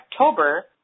October